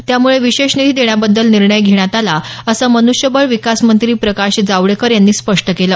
त्याम्ळे विशेष निधी देण्याबद्दल निर्णय घेण्यात आला असं मन्ष्यबळ विकास मंत्री प्रकाश जावडेकर यांनी स्पष्ट केलं